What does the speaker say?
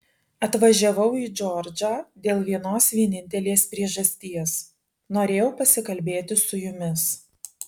atvažiavau į džordžą dėl vienos vienintelės priežasties norėjau pasikalbėti su jumis